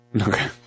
Okay